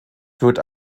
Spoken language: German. wird